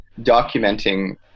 documenting